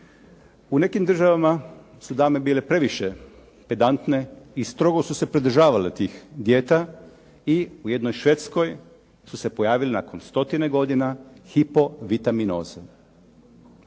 U nekim državama su dame bile previše pedantne i strogo su se pridržavale tih dijeta i u jednoj Švedskoj su se pojavili nakon stotine godina hipovitaminoze,